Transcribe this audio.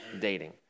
dating